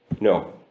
No